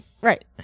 right